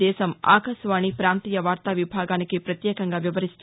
దేశం ఆకాశవాణి ప్రాంతీయ వార్తా విభాగానికి పత్యేకంగా వివరిస్తూ